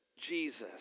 Jesus